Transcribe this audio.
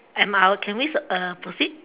can we uh proceed